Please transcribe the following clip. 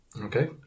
Okay